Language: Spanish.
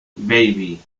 baby